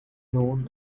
known